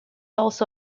also